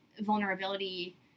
vulnerability